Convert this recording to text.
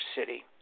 City